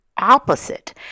Opposite